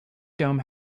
dome